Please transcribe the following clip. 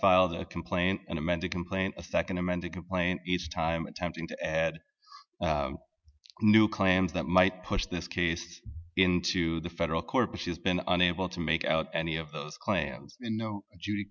filed a complaint an amended complaint a nd amended complaint each time tempting to add new claims that might push this case into the federal court but she's been unable to make out any of those plans and no